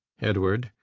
edward,